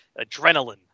adrenaline